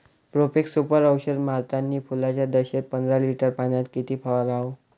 Profex Super औषध मारतानी फुलाच्या दशेत पंदरा लिटर पाण्यात किती फवाराव?